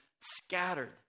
scattered